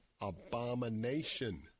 abomination